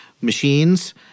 machines